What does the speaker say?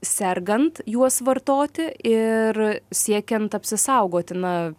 sergant juos vartoti ir siekiant apsisaugoti na